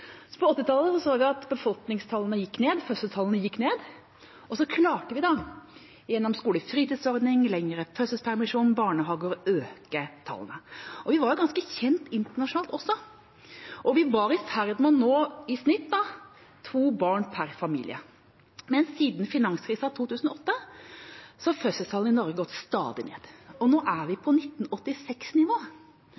så vi at fødselstallene gikk ned, og så klarte vi gjennom skolefritidsordning, lengre fødselspermisjon og barnehager å øke tallene. Vi var også ganske kjent internasjonalt, og vi var i ferd med å nå i snitt to barn per familie. Men siden finanskrisa i 2008 har fødselstallet i Norge stadig gått ned, og nå er vi